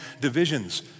divisions